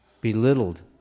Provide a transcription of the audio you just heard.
belittled